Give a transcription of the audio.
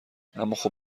اماخب